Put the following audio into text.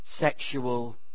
sexual